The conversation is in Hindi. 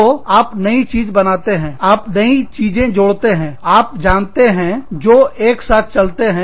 तो आप नई चीज बनाते हैं आप नई चीजें जोड़ते हैं आप जानते हैं जो एक साथ चलते हैं